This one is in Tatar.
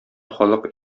халык